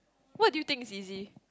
what do you think is easy